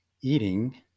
eating